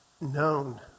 Known